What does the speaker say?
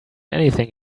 anything